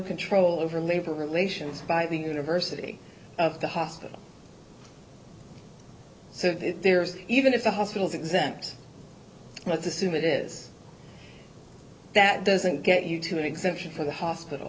control over labor relations by the university of the hospital so there is even if the hospitals exempt let's assume it is that doesn't get you to an exemption for the hospital